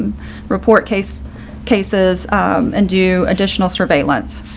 report case cases and do additional surveillance.